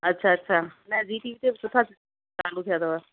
अच्छा अच्छा न ज़ी टी वी ते बि सुठा चालू थिया अथव